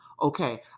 Okay